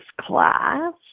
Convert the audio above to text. class